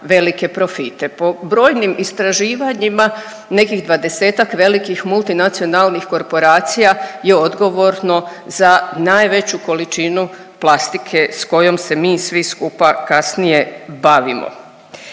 velike profite. Po brojnim istraživanjima nekih 20-ak velikih multinacionalnih korporacija je odgovorno za najveću količinu plastike s kojom se mi svi skupa kasnije bavimo.